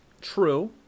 True